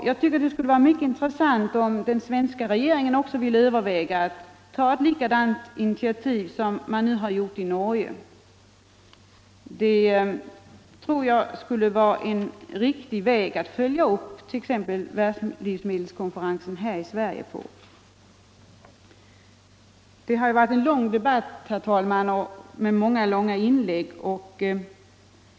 Jag tycker det skulle vara intressant om den svenska regeringen ville överväga att ta ett initiativ liknande det man nu tagit i Norge. Jag tror att det skulle vara ett riktigt sätt att här i Sverige följa upp världslivsmedelskonferensen. Det har varit en lång debatt, herr talman, med många långa inlägg.